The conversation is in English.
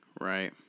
Right